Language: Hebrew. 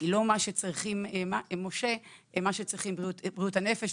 כי לא מה שצריכים מש"ה מה שצריכים בריאות הנפש,